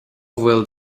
bhfuil